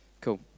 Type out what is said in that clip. Cool